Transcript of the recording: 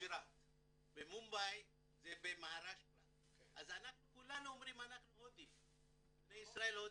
בני ישראל הודים,